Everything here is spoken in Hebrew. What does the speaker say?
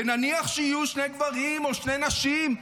ונניח שיהיו שני גברים או שתי נשים?"